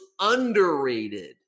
underrated